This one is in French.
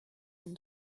une